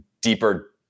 deeper